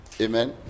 amen